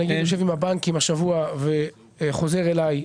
הנגיד יושב עם הבנקים השבוע וחוזר אליי,